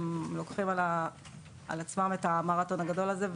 לוקחים על עצמם את המרתון הגדול הזה.